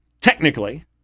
technically